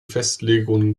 festlegungen